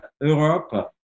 Europe